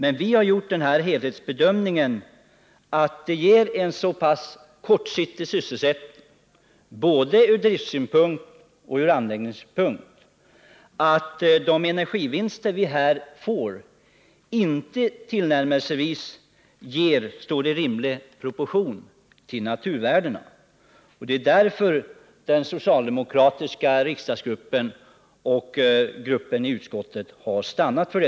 Men vi har gjort helhetsbedömningen, att det ger en så pass kortsiktig sysselsättning, ur både driftsynpunkt och anläggningssynpunkt, att de energivinster vi får inte på något sätt står i rimlig proportion till naturvärdena. Det är därför den socialdemokratiska riksdagsgruppen och den socialdemokratiska gruppen i utskottet har intagit denna ståndpunkt.